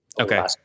Okay